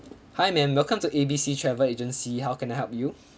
hi ma'am welcome to A B C travel agency how can I help you